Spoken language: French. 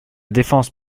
défense